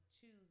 choose